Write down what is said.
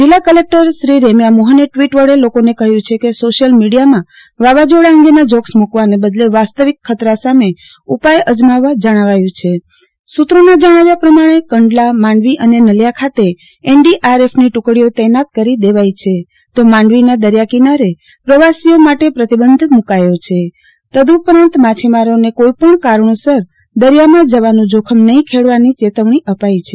જીલ્લા કલેકટર રેમ્યા મોફને ટ્વીટ વડે લોકોને કહ્યું છે કે સોશિયલ મીડિયા માં વાવાઝોડા અંગે ની જોકસ મૂકવાને બદલે વાસ્તવિક ખતરા સામે ઉપાય અજમાવવા જણાવ્યું છે સુત્રો નાં જણાવ્યા પ્રમાણે કંડલામાંડવી અને નલિયા ખાતે એનડીઆરએફ ની ટુકડીઓ તૈનાત કરી દેવાઈ છે તો માંડવીના દરિયા કિનારે પ્રવાસીઓ માટે પ્રતિબંધ મુકાયા છે તદ્દઉપરાંત માછીમારો ને કોઈ પણ કારણોસર દરિયા માં જવાનું જોખમ નહિ ખસેડવાની ચેતવણી અપાઈ છે